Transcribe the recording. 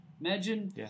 Imagine